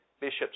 Bishop's